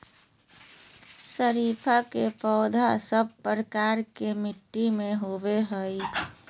शरीफा के पौधा सब प्रकार के मिट्टी में होवअ हई